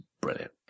brilliant